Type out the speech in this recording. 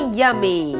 yummy